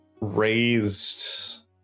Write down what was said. raised